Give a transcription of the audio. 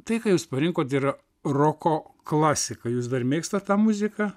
tai ką jūs parinkot yra roko klasika jūs dar mėgsta tą muziką